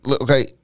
okay